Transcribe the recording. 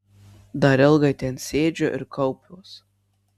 dar ilgai ten sėdžiu ir kaupiuos